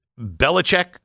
Belichick